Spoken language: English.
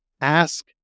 ask